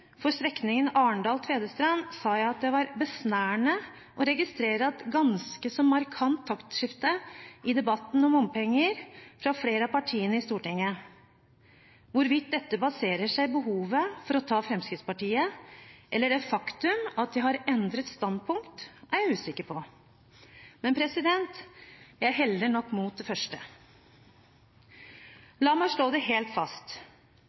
for strekningen Arendal–Tvedestrand, sa jeg at det var besnærende å registrere et ganske så markant taktskifte i debatten om bompenger fra flere av partiene i Stortinget. Hvorvidt dette baserer seg på behovet for å ta Fremskrittspartiet eller på det faktum at de har endret standpunkt, er jeg usikker på, men jeg heller nok mot det første. La meg slå det helt fast: